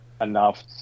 enough